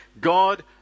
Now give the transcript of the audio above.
God